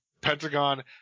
pentagon